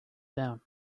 down